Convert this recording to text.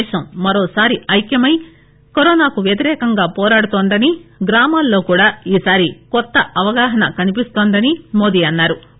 దేశం మరోసారి ఐక్కమై కరోనాకు వ్యతిరేకంగా పోరాడుతోందని గ్రామాల్లో కూడా ఈ సారి కొత్త అవగాహన కనిపిస్తోందని మోదీ అన్నా రు